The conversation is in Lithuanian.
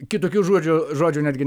kitokių žodžių žodžių netgi